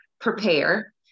prepare